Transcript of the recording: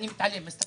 אני מתעלם מהם.